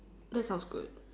that sounds good